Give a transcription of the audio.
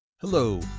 Hello